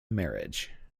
marriage